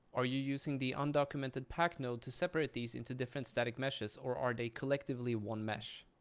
are you using the undocumented pack node to separate these into different static meshes, or are they collectively one mesh?